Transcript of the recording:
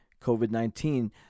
COVID-19